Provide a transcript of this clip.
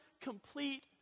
Complete